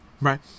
right